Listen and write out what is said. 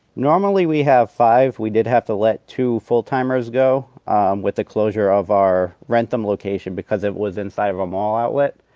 normally, we have five. we did have to let two full-timers go um with the closure of our wrentham location because it was inside of a mall outlet.